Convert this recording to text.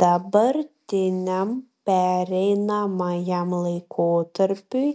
dabartiniam pereinamajam laikotarpiui